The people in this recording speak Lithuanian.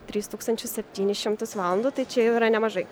tris tūkstančius septynis šimtus valandų tai čia jau yra nemažai